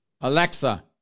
Alexa